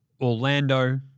Orlando